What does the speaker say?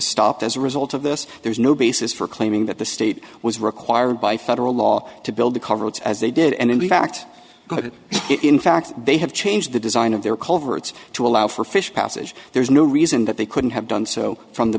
stop as a result of this there is no basis for claiming that the state was required by federal law to build the coverage as they did and in fact in fact they have changed the design of their culverts to allow for fish passage there's no reason that they couldn't have done so from the